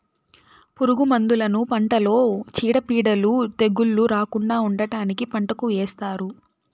పురుగు మందులను పంటలో చీడపీడలు, తెగుళ్ళు రాకుండా ఉండటానికి పంటకు ఏస్తారు